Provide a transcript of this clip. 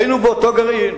היינו באותו גרעין.